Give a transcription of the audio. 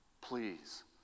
please